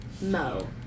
Mo